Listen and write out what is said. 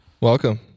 welcome